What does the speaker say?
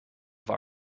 have